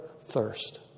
thirst